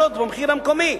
במחיר המקומי.